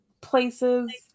places